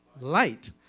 light